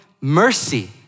mercy